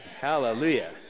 hallelujah